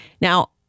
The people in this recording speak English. Now